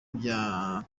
bya